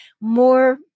more